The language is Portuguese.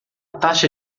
taxa